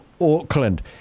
Auckland